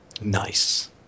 nice